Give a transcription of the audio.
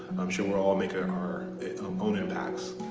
i'm sure we're all making our um own impacts.